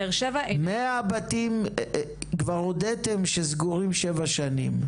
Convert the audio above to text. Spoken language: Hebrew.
100 בתים כבר הודיתם שסגורים שבע שנים.